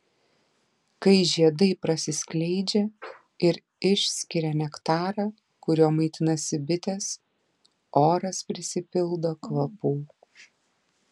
kai žiedai prasiskleidžia ir išskiria nektarą kuriuo maitinasi bitės oras prisipildo kvapų